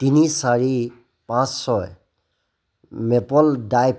তিনি চাৰি পাঁচ ছয় মেপল ড্ৰাইভ